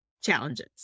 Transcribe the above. challenges